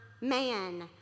man